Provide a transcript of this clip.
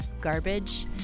garbage